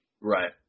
Right